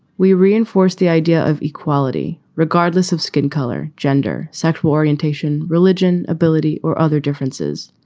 we reinforce the idea of equality regardless of skin color, gender, sexual orientation, religion, ability or other differences.